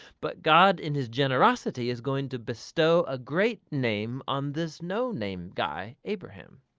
but god in his generosity is going to bestow a great name on this no-name guy, abraham,